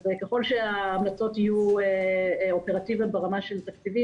ככל שההמלצות יהיו אופרטיביות ברמה של תפקידים,